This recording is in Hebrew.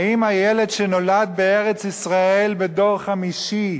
האם הילד שנולד בארץ-ישראל בדור חמישי,